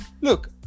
Look